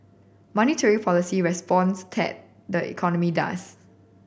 monetary policy responds tat the economy does